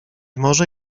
może